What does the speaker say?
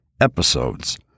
episodes